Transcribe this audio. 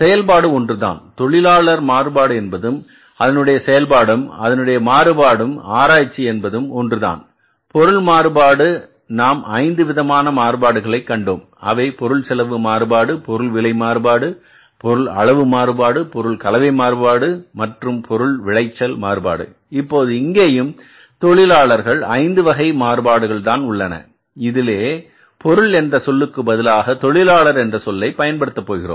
செயல்பாடு ஒன்றுதான் தொழிலாளர் மாறுபாடு என்பதும் அதனுடைய செயல்பாடும் அந்த மாறுபாடு ஆராய்ச்சி என்பதும் ஒன்றுதான் பொருள் மாறுபாடு நாம் ஐந்து விதமான மாறுபாடுகளை கண்டோம் அவை பொருள் செலவு மாறுபாடு பொருள் விலை மாறுபாடு பொருள் அளவு மாறுபாடு பொருள் கலவை மாறுபாடு மற்றும் பொருள் விளைச்சல் மாறுபாடு இப்போது இங்கேயும் தொழிலாளர் ஐந்து வகை மாறுபாடுகள் தான் உள்ளன இதிலே பொருள் என்ற சொல்லுக்கு பதிலாக தொழிலாளர் என்ற சொல்லை பயன்படுத்த போகிறோம்